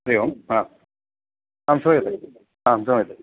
हरि ओम् हा आम् श्रूयते आं श्रूयते